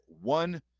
one